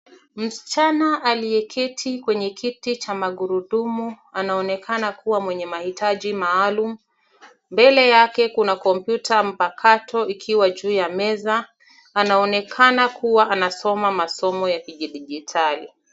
Msichana aliyeketi kwenye kiti cha magurudumu anaonekana kuwa mwenye mahitaji maalum. Mbele yake kuna kompyuta mpakato ikiwa juu ya meza. Anaonekana kuwa anasoma masomo ya kidigitali.